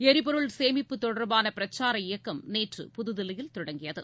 எரிபொருள் சேமிப்பு தொடர்பான பிரச்சார இயக்கம் நேற்று புதுதில்லியில் தொடங்கியது